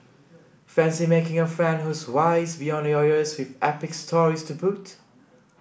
fancy making a friend who's wise beyond your years with epic stories to boot